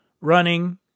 running